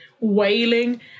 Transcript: wailing